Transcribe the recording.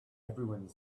everyone